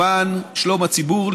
למען שלום הציבור,